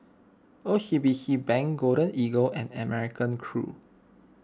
O C B C Bank Golden Eagle and American Crew